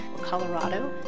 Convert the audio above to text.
Colorado